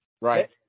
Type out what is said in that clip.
Right